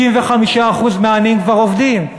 65% מהעניים כבר עובדים,